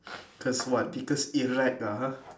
cause what because erect ah !huh!